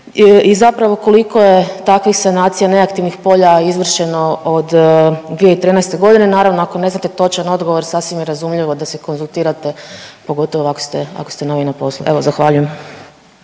i zapravo, koliko je takvih sanacija neaktivnih polja izvršeno od 2013. g.? Naravno, ako ne znate točan odgovor, sasvim je razumljivo da se konzultirate, pogotovo ako ste, ako ste novi na poslu. Evo, zahvaljujem.